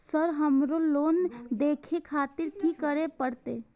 Sir हमरो loan देखें खातिर की करें परतें?